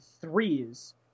threes